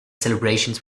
celebrations